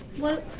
what